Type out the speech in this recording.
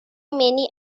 many